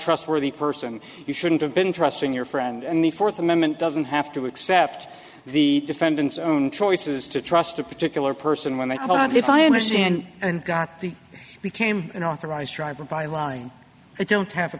trustworthy person you shouldn't have been trusting your friend and the fourth amendment doesn't have to accept the defendant's own choices to trust a particular person when i thought if i understand the became an authorized driver by law i don't have a